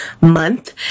month